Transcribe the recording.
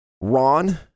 Ron